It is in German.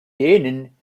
denen